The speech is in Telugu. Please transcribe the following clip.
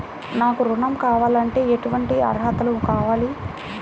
నాకు ఋణం కావాలంటే ఏటువంటి అర్హతలు కావాలి?